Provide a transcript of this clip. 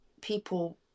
people